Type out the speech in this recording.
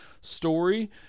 story